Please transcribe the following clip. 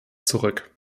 zurück